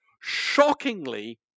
shockingly